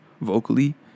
vocally